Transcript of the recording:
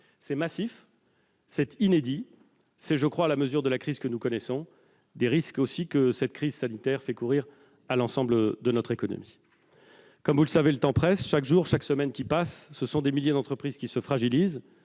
est massif et inédit. Il est, je le crois, à la mesure de la crise que nous connaissons, des risques que cette crise sanitaire fait courir à l'ensemble de notre économie. Comme vous le savez, le temps presse. Chaque jour, chaque semaine qui passe, ce sont des milliers d'entreprises qui se fragilisent,